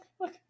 look